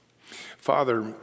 Father